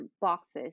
boxes